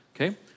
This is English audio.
okay